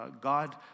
God